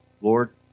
lord